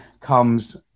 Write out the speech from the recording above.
comes